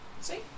See